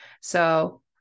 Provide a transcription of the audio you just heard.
So-